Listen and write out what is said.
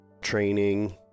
training